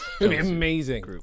Amazing